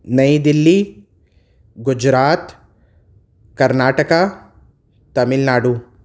نئی دلی گجرات کرناٹکا تمل ناڈو